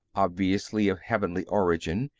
obviously of heavenly origin,